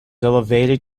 elevated